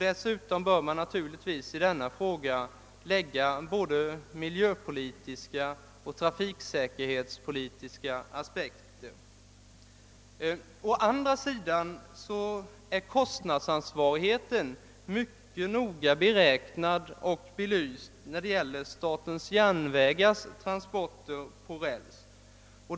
Dessutom bör man naturligtvis lägga både miljöpolitiska och trafiksäkerhetspolitiska aspekter på denna fråga. Å andra sidan är kostnadsansvarigheten noga beräknad och belyst när det gäller statens järnvägars transporter på räls.